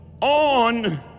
on